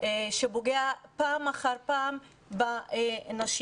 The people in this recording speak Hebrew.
שפוגע פעם אחר פעם בנשים.